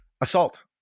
assault